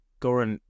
Goran